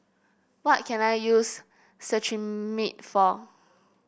what can I use Cetrimide for